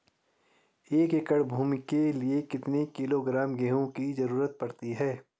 एक एकड़ भूमि के लिए कितने किलोग्राम गेहूँ की जरूरत पड़ती है?